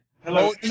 Hello